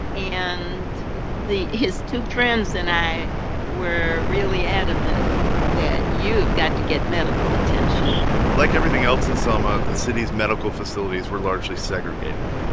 and the his two friends and i were really adamant that, you have got to get medical attention like everything else in selma, the city's medical facilities were largely segregated.